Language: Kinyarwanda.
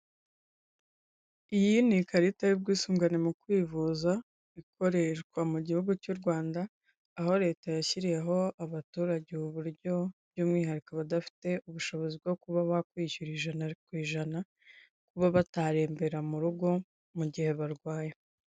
Iyi ni ikarita y'ubwisungane mu kwivuza ikoreshwa mu gihugu cy'u Rwanda, aho leta yashyiriyeho abaturage ubu buryo by'umwihariko abadafite ubushobozi bwo kuba bakwishyura ijana ku ijana kuba batarembera mu rugo mu gihe barwaye.